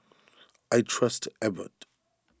I trust Abbott